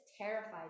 terrified